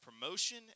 promotion